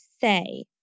say